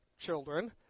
children